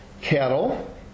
cattle